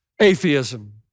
Atheism